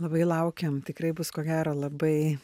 labai laukiam tikrai bus ko gero labai